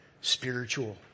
spiritual